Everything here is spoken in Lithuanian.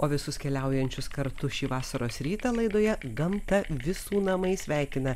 o visus keliaujančius kartu šį vasaros rytą laidoje gamta visų namai sveikina